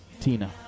Tina